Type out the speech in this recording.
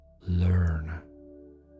learn